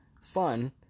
fun